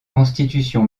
constitution